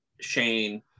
Shane